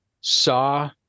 saw